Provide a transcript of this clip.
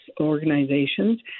organizations